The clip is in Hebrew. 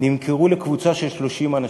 נמכרו לקבוצה של 30 אנשים.